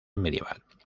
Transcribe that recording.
medieval